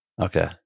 Okay